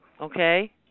Okay